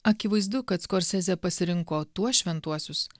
akivaizdu kad skorsezė pasirinko tuos šventuosius